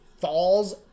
falls